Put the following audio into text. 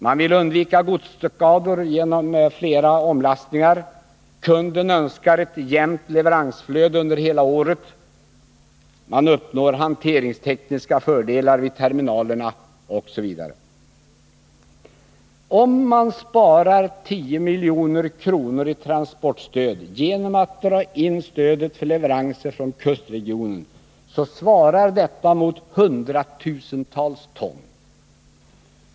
Man vill undvika godsskador genom flera omlastningar, kunden önskar ett jämnt leveransflöde under hela året, man uppnår hanteringstekniska fördelar vid terminalerna osv. Om man sparar 10 milj.kr. i transportstöd genom att dra in stödet för leveranser från kustregionen, svarar detta mot hundratusentals ton.